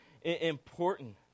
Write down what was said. important